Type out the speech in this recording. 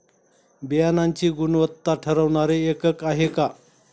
बियाणांची गुणवत्ता ठरवणारे एकक आहे का?